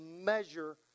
measure